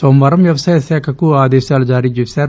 సోమవారం వ్యవసాయశాఖకు ఆ ఆదేశాలు జారీ చేశారు